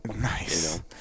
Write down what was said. Nice